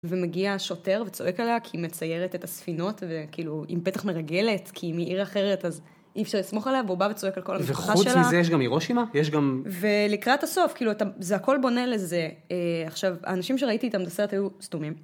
ומגיע שוטר וצועק עליה, כי היא מציירת את הספינות, וכאילו, היא בטח מרגלת, כי היא מעיר אחרת, אז אי אפשר לסמוך עליה, והוא בא וצועק על כל המשפחה שלה. וחוץ מזה יש גם הירושימה? יש גם... ולקראת הסוף, כאילו, זה הכול בונה לזה... עכשיו, האנשים שראיתי איתם את הסרט היו סתומים.